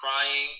crying